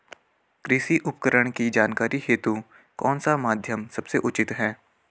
कृषि उपकरण की जानकारी हेतु कौन सा माध्यम सबसे उचित है?